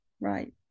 right